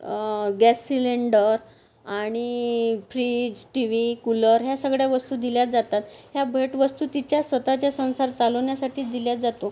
gas cylinder आणि fridge TV cooler ह्या सगळ्या वस्तु दिल्या जातात ह्या भेटवस्तु तिच्या स्वतःच्या संसार चालवन्यासाठी दिल्या जातो